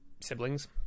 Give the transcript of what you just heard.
siblings